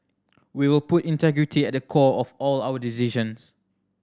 we will put integrity at the core of all our decisions